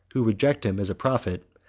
who reject him as a prophet,